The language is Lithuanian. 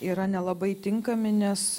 yra nelabai tinkami nes